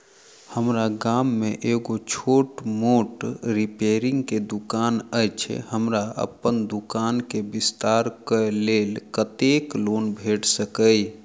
हम्मर गाम मे एगो छोट मोट रिपेयरिंग केँ दुकान अछि, हमरा अप्पन दुकान केँ विस्तार कऽ लेल कत्तेक लोन भेट सकइय?